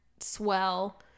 swell